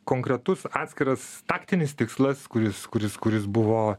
konkretus atskiras taktinis tikslas kuris kuris kuris buvo